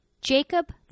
Jacob